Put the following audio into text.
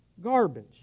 garbage